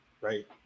Right